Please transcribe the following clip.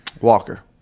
Walker